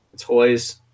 toys